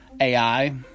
AI